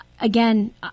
again